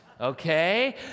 Okay